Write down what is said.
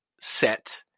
set